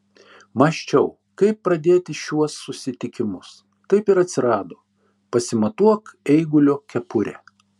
mąsčiau kaip pradėti šiuos susitikimus taip ir atsirado pasimatuok eigulio kepurę